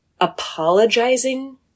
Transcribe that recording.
apologizing